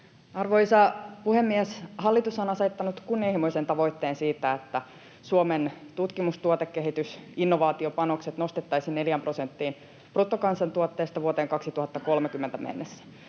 Arvoisa puhemies! Hallitus on asettanut kunnianhimoisen tavoitteen siitä, että Suomen tutkimus‑, tuotekehitys‑ ja innovaatiopanokset nostettaisiin 4 prosenttiin bruttokansantuotteesta vuoteen 2030 mennessä.